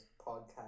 podcast